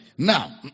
Now